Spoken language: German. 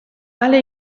alle